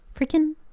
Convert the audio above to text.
Freaking